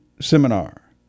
seminar